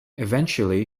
eventually